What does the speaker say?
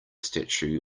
statue